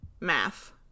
math